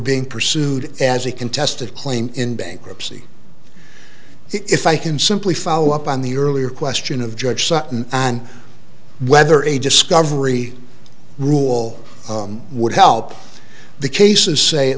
being pursued as a contested claim in bankruptcy if i can simply follow up on the earlier question of judge sutton on whether a discovery rule would help the cases say at